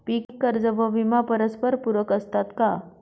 पीक कर्ज व विमा परस्परपूरक असतात का?